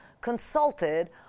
consulted